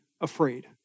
afraid